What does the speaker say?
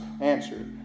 answer